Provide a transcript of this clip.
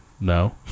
no